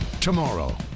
Tomorrow